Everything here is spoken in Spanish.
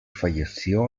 falleció